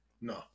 no